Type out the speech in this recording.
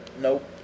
Nope